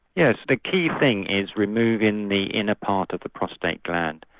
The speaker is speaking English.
yes, the key thing is removing the inner part of the prostate gland.